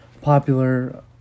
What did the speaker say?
popular